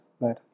right